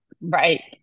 Right